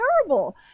terrible